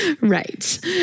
Right